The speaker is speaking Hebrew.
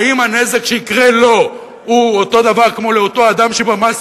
האם הנזק שיקרה לו הוא אותו דבר כמו לאותו אדם שבמס